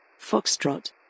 Foxtrot